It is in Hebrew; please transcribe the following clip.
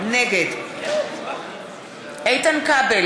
נגד איתן כבל,